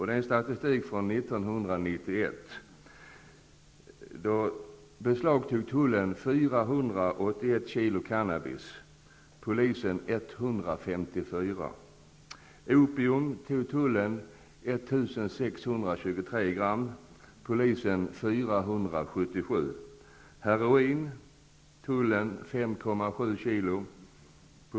Det här är statistik från 1991. Då beslagtog tullen g opium och polisen 477 g. Tullen beslagtog 5,7 kg heroin och polisen 5,1 kg.